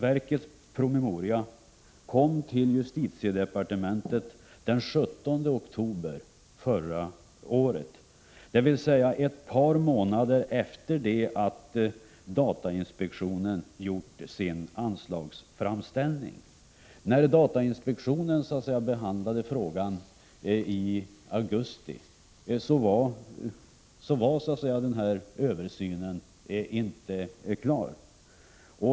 RRV:s promemoria inkom till justitiedepartementet den 17 oktober förra året, dvs. ett par månader efter det att datainspektionen gjort sin anslagsframställning. När datainspektionen behandlade frågan i augusti var Översynen inte klar.